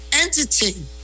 entity